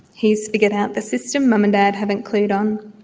he's figured out the system, mum and dad haven't clued on.